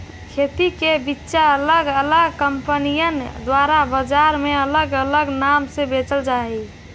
खेती के बिचा अलग अलग कंपनिअन द्वारा बजार में अलग अलग नाम से बेचल जा हई